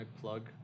plug